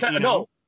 No